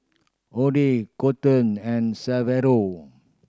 Oddie Kolton and Severo